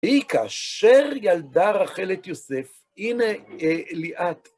היא כאשא ילדה רחל את יוסף, הנה ליאת.